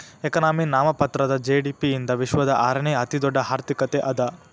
economy ನಾಮಮಾತ್ರದ GDP ಯಿಂದ ವಿಶ್ವದ ಆರನೇ ಅತಿದೊಡ್ಡ್ ಆರ್ಥಿಕತೆ ಅದ